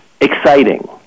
exciting